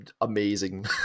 amazing